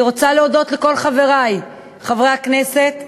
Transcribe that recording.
אני רוצה להודות לכל חברי חברי הכנסת,